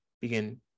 begin